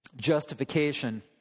justification